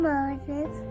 Moses